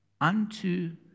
unto